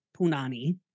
Punani